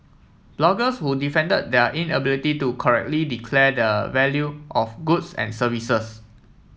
bloggers who defended their inability to correctly declare the value of goods and services